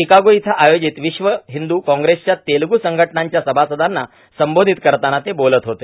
Chicago इथं आयोजित विश्व हिंदू काँग्रेसच्या तेलगू संघटनांच्या सभासदांना संबोधित करताना ते बोलत होते